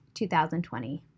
2020